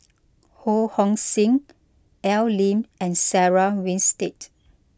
Ho Hong Sing Al Lim and Sarah Winstedt